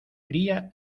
fría